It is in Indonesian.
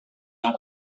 yang